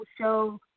show